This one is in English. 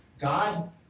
God